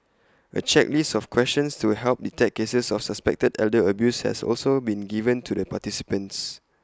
A checklist of questions to help detect cases of suspected elder abuse has also been given to the participants